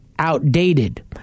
outdated